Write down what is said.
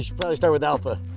should probably start with alpha.